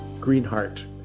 Greenheart